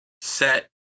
set